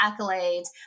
accolades